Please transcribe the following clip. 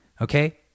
Okay